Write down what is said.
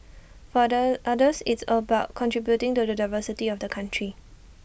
for other others it's about contributing to the diversity of the country